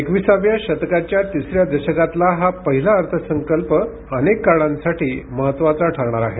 एकविसाव्या शतकाच्या तिसऱ्या दशकातला हा पहिला अर्थसंकल्प अनेक कारणांसाठी महत्वाचा ठरणार आहे